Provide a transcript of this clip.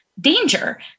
danger